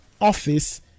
Office